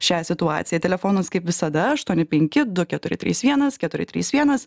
šią situaciją telefonas kaip visada aštuoni penki du keturi trys vienas keturi trys vienas